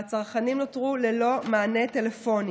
והצרכנים נותרו ללא מענה טלפוני.